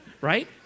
Right